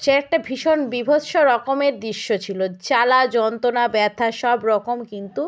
সে একটা ভীষণ বীভৎস রকমের দৃশ্য ছিল জ্বালা যন্ত্রণা ব্যথা সবরকম কিন্তু